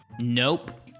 Nope